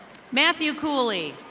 matthew cooley.